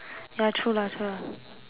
ya true lah true lah